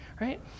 right